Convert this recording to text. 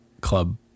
club